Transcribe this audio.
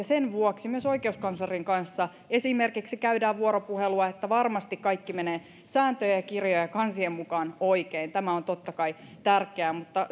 sen vuoksi myös esimerkiksi oikeuskanslerin kanssa käydään vuoropuhelua että varmasti kaikki menee sääntöjen ja kirjojen ja kansien mukaan oikein tämä on totta kai tärkeää mutta